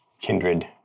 kindred